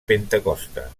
pentecosta